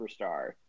Superstar